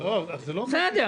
זו לא הפתעה.